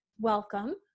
welcome